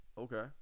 Okay